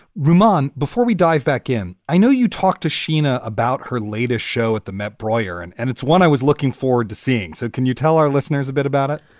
ruman, before we dive back in, i know you talked to sheena about her latest show at the met broyer, and and it's one i was looking forward to seeing. so can you tell our listeners a bit about it?